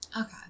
okay